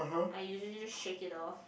I usually just shake it off